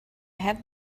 have